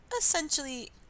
essentially